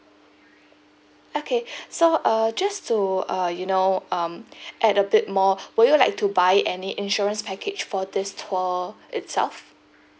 okay so uh just to uh you know um add a bit more would you like to buy any insurance package for this tour itself